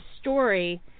story